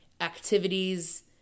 activities